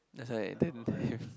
that's why